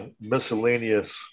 miscellaneous